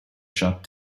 shut